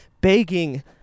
Begging